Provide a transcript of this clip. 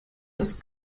das